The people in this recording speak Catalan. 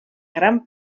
gran